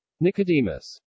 Nicodemus